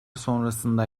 sonrasında